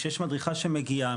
כשיש מדריכה שמגיעה,